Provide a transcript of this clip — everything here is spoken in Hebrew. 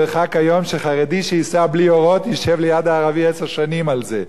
לא ירחק היום שחרדי שייסע בלי אורות ישב ליד הערבי עשר שנים על זה,